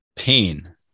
pain